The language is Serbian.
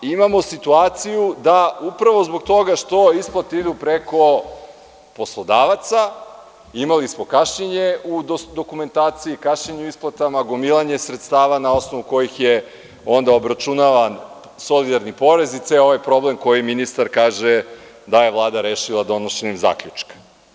Imamo situaciju da upravo zbog toga što ove isplate idu preko poslodavaca, imali smo kašnjenje u dokumentaciji, kašnjenje u isplatama, gomilanje sredstava na osnovu kojih je onda obračunavan solidarni porez i ceo ovaj problem za koji ministar kaže da je Vlada rešila donošenjem zaključka.